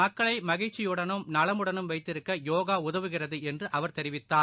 மக்களைமகிழ்ச்சியுடனும் நலமுடனும் வைத்திருக்கயோகாஉதவுகிறதுஎன்றுஅவர் தெரிவித்தார்